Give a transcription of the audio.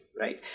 right